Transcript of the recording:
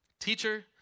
teacher